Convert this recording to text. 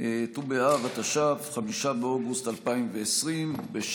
ט"ו באב התש"ף, 5 באוגוסט 2020,